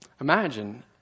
Imagine